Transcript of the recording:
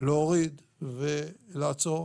להוריד ולעצור.